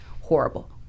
horrible